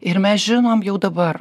ir mes žinom jau dabar